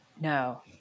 no